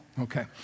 Okay